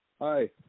Hi